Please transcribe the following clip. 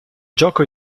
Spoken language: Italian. gioco